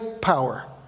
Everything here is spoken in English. power